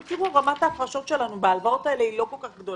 רמת ההפרשות שלנו בהלוואות האלו היא לא כל כך גדולה.